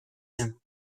him